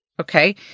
Okay